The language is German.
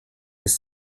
bis